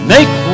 Make